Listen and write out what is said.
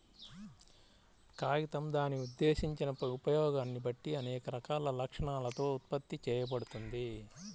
కాగితం దాని ఉద్దేశించిన ఉపయోగాన్ని బట్టి అనేక రకాల లక్షణాలతో ఉత్పత్తి చేయబడుతుంది